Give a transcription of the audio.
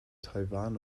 taiwan